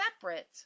separate